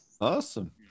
awesome